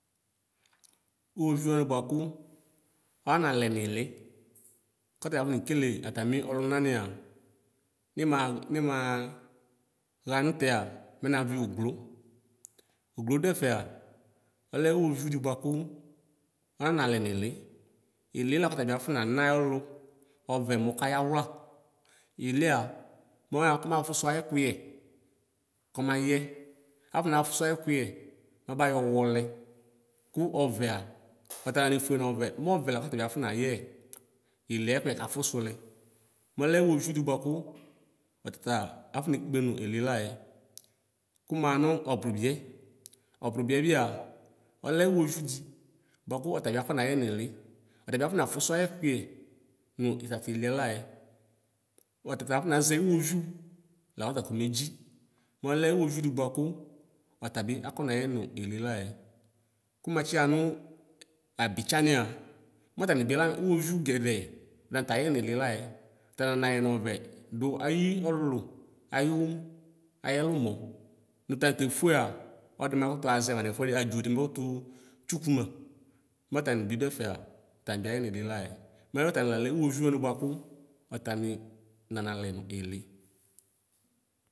Ʋwoviʋ wani bʋakʋ ananalɛ nili kɔtabi afɔne kile atami ɔlʋna nila nimad nimaxa nʋtɛa mɛ navi oglo oglo dʋɛfɛa ɔk uwoviʋ di bʋakʋ ɔnanalɛ nili ilila ɔtɔ abi afɔnana ayɔlʋ ɔvɛ mɔkaya wla ilila mɔyaxa kɔmafʋsʋ ayɛkʋyɛ kɔnayɛ afɔnafʋsʋ ayɛkʋyɛ mɛ aba yɔ wɔlɛ kʋ ɔvɛa ɔtananefʋɛ nɔvɛ mɛ ɔvɛa tabi afɔnayɛ ili ayɛkuyɛ kafʋsʋlɛ mɔlɛ iwoviʋ di bʋakʋ ɔtata afɔnekpe dʋnʋ ili layɛ kʋmaxa nʋ ɔbrʋbiɛ ɔbrʋbiɛ bia ɔlɛ iwoviʋ di bʋakʋ ɔtabi afɔnayɛ nili ɔtabi afɔna fʋsʋ ayɛkʋyɛ nʋ tatʋ iliɛ yayɛ brʋa ɔtata afɔnazɛ iwoviʋ lakɔta kɔnedzi bʋa ɔlɛ iwoviʋ di bʋakʋ ɔtabi akɔ nayɛ nʋ ilitayɛ kʋmatsi xanʋ abitsa nia mɔtanibila iwoviʋ gɛdɛ atanitayɛ nili layɛ ɔtananayɛ nɔvɛ dʋ ayi ɔwlʋ ayʋ ayɛlʋ mɔ nʋ tani tefua ɔdi makʋtuazɛ ma nɛfɛdi adzodi makʋtʋ tsʋkʋ ma mɔtani bidʋ ɛfɛa tani bi aye nili layɛ mɛ ɔtani lalɛ uwoviu wani bʋakʋ ɔtɔani nanalɛ nʋ ili.